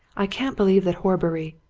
i can't believe that horbury